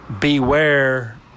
beware